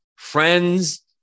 friends